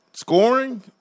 scoring